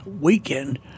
weekend